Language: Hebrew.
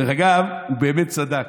דרך אגב, הוא באמת צדק.